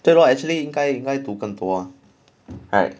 对咯 actually 应该应该读更多 ah right